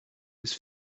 ist